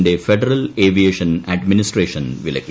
ന്റെ federal aviation administration വിലക്കി